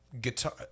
guitar